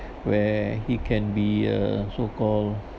where he can be a so call